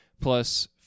plus